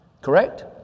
Correct